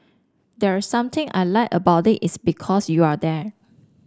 there's something I like about it because you're there